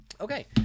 okay